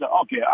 okay